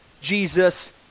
Jesus